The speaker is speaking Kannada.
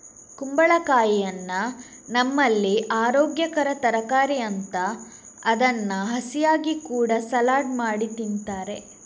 ಕುಂಬಳಕಾಯಿಯನ್ನ ನಮ್ಮಲ್ಲಿ ಅರೋಗ್ಯಕರ ತರಕಾರಿ ಅಂತ ಅದನ್ನ ಹಸಿಯಾಗಿ ಕೂಡಾ ಸಲಾಡ್ ಮಾಡಿ ತಿಂತಾರೆ